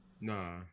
Nah